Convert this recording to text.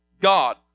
God